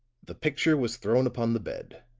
the picture was thrown upon the bed,